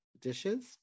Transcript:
dishes